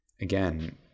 again